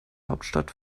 hauptstadt